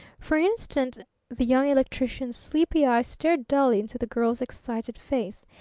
for an instant the young electrician's sleepy eyes stared dully into the girl's excited face.